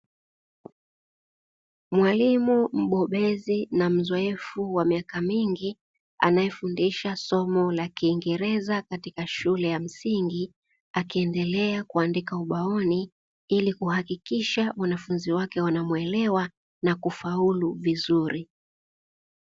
Mwalimu mbobezi na mzoefu wa miaka mingi anayefundisha somo la kiingereza katika shule ya msingi, akiendelea kuandika ubaoni ili kuhakikisha wanafunzi wake wanamuelewa na kufaulu vizuri.